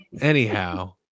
anyhow